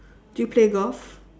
do you play golf